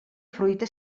fruita